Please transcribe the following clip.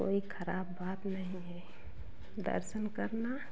कोई ख़राब बात नहीं है दर्शन करना